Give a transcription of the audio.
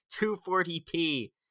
240p